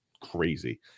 crazy